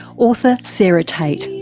author sarah tate.